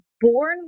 born